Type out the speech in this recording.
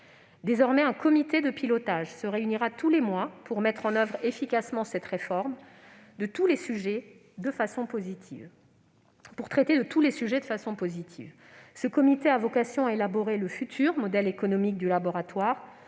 Désormais, un comité de pilotage se réunira tous les mois pour mettre en oeuvre efficacement cette réforme et traiter de tous les sujets de façon positive. Ce comité a vocation à élaborer le futur modèle économique du laboratoire,